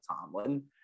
Tomlin